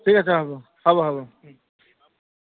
ঠিক আছে হ'ব হ'ব হ'ব